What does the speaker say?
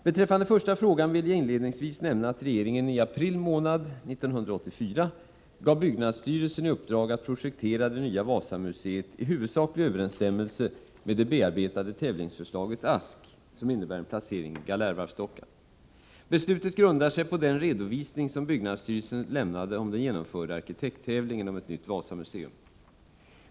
Beträffande den första frågan vill jag inledningsvis nämna att regeringen i april månad 1984 gav byggnadsstyrelsen i uppdrag att projektera det nya Wasamuseet i huvudsaklig överensstämmelse med det bearbetade tävlingsförslaget ”Ask”, som innebär en placering i Galärvarvsdockan. Beslutet grundar sig på den redovisning som byggnadsstyrelsen lämnade om den genomförda arkitekttävlingen om ett nytt Wasamuseum.